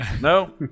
No